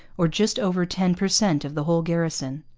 or just over ten per cent of the whole garrison.